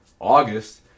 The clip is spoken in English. August